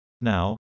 Now